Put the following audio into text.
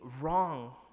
wrong